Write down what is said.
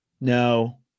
No